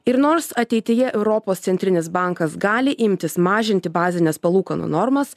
ir nors ateityje europos centrinis bankas gali imtis mažinti bazines palūkanų normas